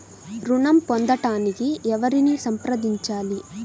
ఋణం పొందటానికి ఎవరిని సంప్రదించాలి?